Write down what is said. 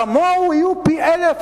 כמוהו יהיו פי אלף,